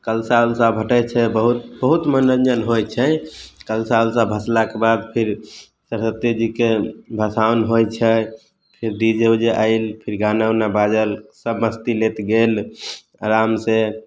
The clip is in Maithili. कलशा ओलशा भसैत छै बहुत बहुत मनोरञ्जन होइत छै कलशा ओलशा भसलाके बाद फिर सरस्वती जीके भासान होइत छै फिर डी जे उ जे आएल फिर गाना ओना बाजल सब मस्ती लैत गेल आराम से